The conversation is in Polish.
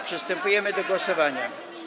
Przystępujemy do głosowania.